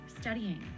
studying